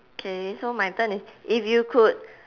okay so my turn is if you could